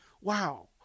wow